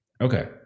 Okay